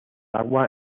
agua